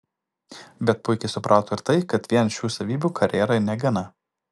bet puikiai suprato ir tai kad vien šių savybių karjerai negana